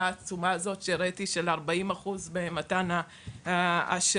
העצומה הזאת שראיתי של 40% במתן השירות.